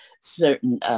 certain